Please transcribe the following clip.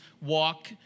walk